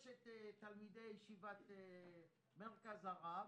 יש תלמידי ישיבת מרכז הרב,